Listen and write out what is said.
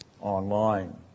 online